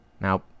Now